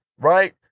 right